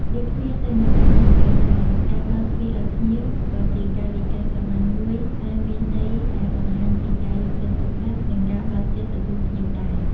ដូចគ្នាទៅនឹងការសំពះដែរ ការបើកទ្វារឲ្យភ្ញៀវ ក៏ជាកាយវិការសាមញ្ញមួយតែមានន័យ ដែលបង្ហាញពីការយកចិត្តទុកដាក់ និងការបើកចិត្តទទួលភ្ញៀវដែរ។